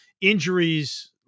injuries